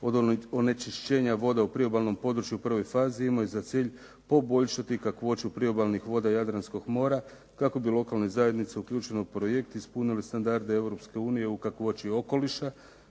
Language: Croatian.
od onečišćenja vode u priobalnom području u prvoj fazi imao je za cilj poboljšati kakvoću priobalnih voda Jadranskog mora kako bi lokalne zajednice uključene u projekt ispunile standarde Europske unije u kakvoći okoliša